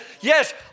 yes